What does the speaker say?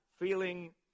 feeling